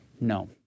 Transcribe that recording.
No